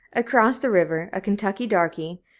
across the river, a kentucky darky,